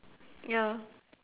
ya